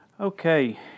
Okay